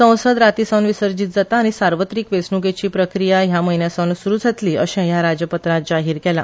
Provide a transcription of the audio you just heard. संसद राती सावन विसर्जीत जाता आनी सार्वत्रीक वेचणुकेची प्रक्रीया हया म्हयन्या सावन सुरु जातली असे हया राजपत्रांत जाहीर केला